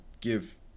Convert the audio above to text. give